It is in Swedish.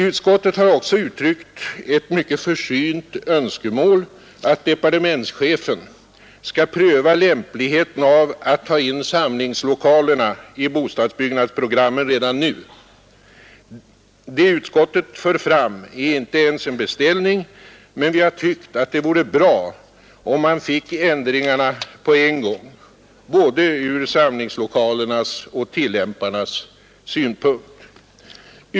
Utskottet har också uttryckt ett mycket försynt önskemål att departementschefen skall pröva lämpligheten av att ta in samlingslokalerna i bostadsbyggnadsprogrammen redan nu. Det utskottet för fram är inte ens en beställning, men vi har tyckt att det vore bra om man fick ändringarna på en gång — från både samlingslokalernas och tillämparnas synpunkt.